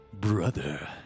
Brother